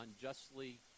unjustly